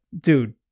dude